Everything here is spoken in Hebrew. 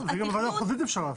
את זה גם בוועדה המחוזית אפשר לעשות.